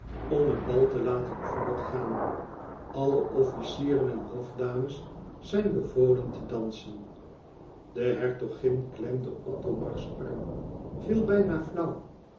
om het bal te laten voortgaan alle officieren en hofdames zijn bevolen te dansen de hertogin klemde othomars arm viel bijna flauw